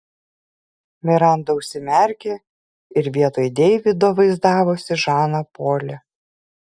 miranda užsimerkė ir vietoj deivido vaizdavosi žaną polį